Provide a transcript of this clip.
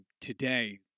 today